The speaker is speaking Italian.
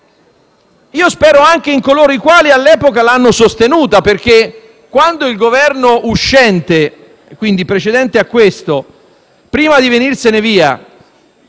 Io spero anche in coloro i quali all'epoca l'hanno sostenuta perché, quando il Governo uscente, quindi precedente a questo, prima di andare via,